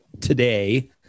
today